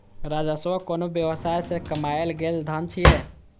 राजस्व कोनो व्यवसाय सं कमायल गेल धन छियै